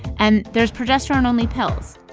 and there's progesterone-only pills.